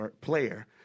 player